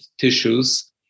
tissues